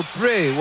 pray